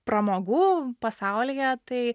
pramogų pasaulyje tai